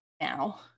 now